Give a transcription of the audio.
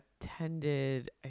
attended